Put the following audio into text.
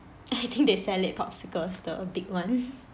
I think they sell it popsicles the big one